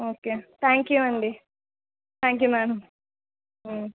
okay thank you అండి thank you madam